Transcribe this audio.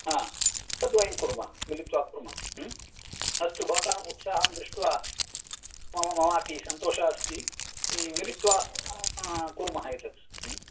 हा तद्वयं कुर्मः मिलित्वा कुर्मः अस्तु भवतः उत्साहं दृष्ट्वा मम ममापि सन्तोषः अस्ति मिलित्वा कुर्मः एतत्